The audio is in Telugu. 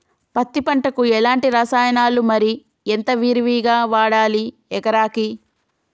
పత్తి పంటకు ఎలాంటి రసాయనాలు మరి ఎంత విరివిగా వాడాలి ఎకరాకి?